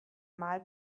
mal